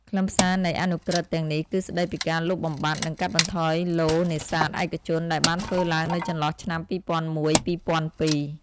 ខ្លឹមសារនៃអនុក្រឹត្យទាំងនេះ គឺស្តីពីការលុបបំបាត់ និងកាត់បន្ថយឡូតិ៍នេសាទឯកជន ដែលបានធ្វើឡើងនៅចន្លោះឆ្នាំ ២០០១-២០០២។